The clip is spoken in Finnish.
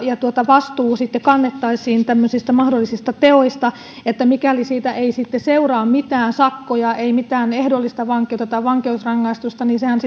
vastuu kannettaisiin tämmöisistä mahdollisista teoista mikäli siitä ei seuraa mitään sakkoja ei mitään ehdollisia vankeutta tai vankeusrangaistusta niin sehän